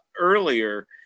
earlier